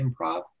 improv